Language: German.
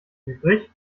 übrig